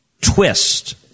twist